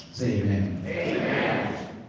amen